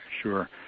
Sure